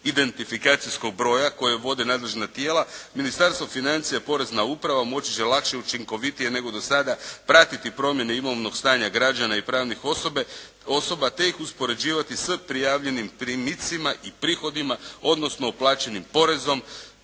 identifikacijskog broja koje vode nadležna tijela Ministarstvo financija, Porezna uprava moći će lakše i učinkovitije nego do sada pratiti promjene imovnog stanja građana i pravnih osoba te ih uspoređivati s prijavljenim primicima i prihodima odnosno uplaćenim porezom